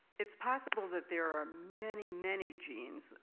it's possible that there are many, many genes.